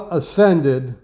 ascended